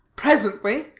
presently,